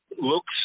looks